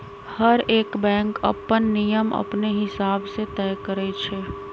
हरएक बैंक अप्पन नियम अपने हिसाब से तय करई छई